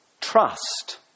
trust